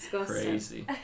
crazy